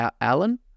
Alan